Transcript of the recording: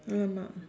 !alamak!